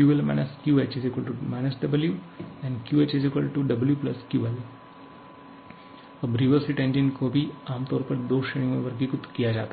QL - QH - W QH WQL अब reverse heat engine को भी आमतौर पर दो श्रेणियों में वर्गीकृत किया जाता है